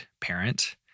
parent